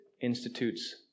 institutes